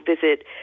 visit